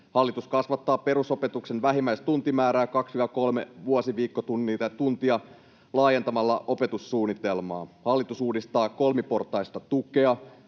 Hallitus kasvattaa perusopetuksen vähimmäistuntimäärää 2—3 vuosiviikkotuntia laajentamalla opetussuunnitelmaa. Hallitus uudistaa kolmiportaista tukea.